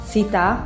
Sita